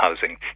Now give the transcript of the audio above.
housing